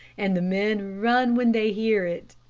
and the men run when they hear it.